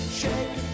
shake